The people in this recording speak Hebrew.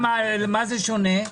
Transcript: מה זה שונה?